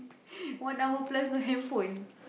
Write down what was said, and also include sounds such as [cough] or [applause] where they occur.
[laughs] one hour plus no handphone